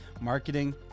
marketing